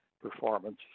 performance